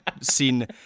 seen